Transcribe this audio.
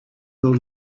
will